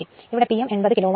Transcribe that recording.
ഇവിടെ P m80 kilo watt